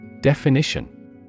Definition